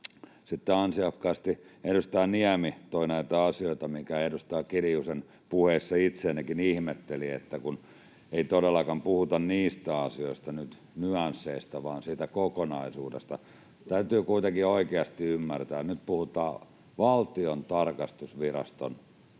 Sitten ansiokkaasti edustaja Niemi toi näitä asioita, mitkä edustaja Kiljusen puheessa itseänikin ihmetyttivät: ei todellakaan puhuta nyt niistä asioista, nyansseista, vaan siitä kokonaisuudesta. Täytyy kuitenkin oikeasti ymmärtää, että nyt puhutaan Valtion tarkastusviraston